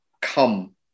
come